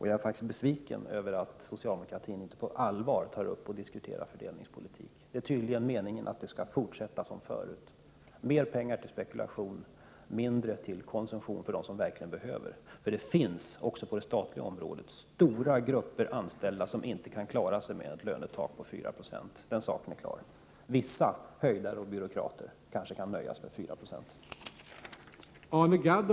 Jag är faktiskt besviken över att socialdemokraterna inte på allvar diskuterar fördelningspolitiken. Det är meningen att det skall fortsätta som förut: mer pengar till spekulation och mindre till dem som verkligen behöver förbättringar. Det är helt klart att det också på det statliga området finns stora grupper av anställda som inte kan klara sig med ett lönetak på 4 96. Vissa höjdare och byråkrater kanske kan klara sig med 4 9e.